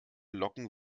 locken